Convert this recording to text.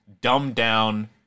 dumbed-down